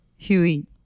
Huey